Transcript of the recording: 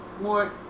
more